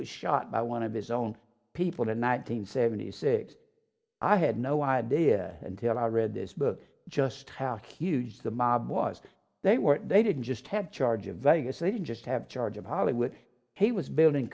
was shot by one of his own people the night hundred seventy six i had no idea until i read this book just how huge the mob was they were they didn't just have charge of vegas they just have charge of hollywood he was building